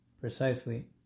precisely